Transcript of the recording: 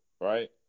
right